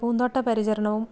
പൂന്തോട്ട പരിചരണവും